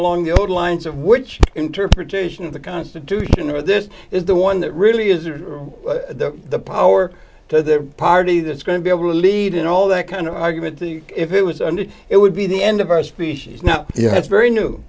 along the lines of which interpretation of the constitution or this is the one that really is or the power to the party that's going to be able to lead in all that kind of argument if it was under it would be the end of our species now yeah it's very new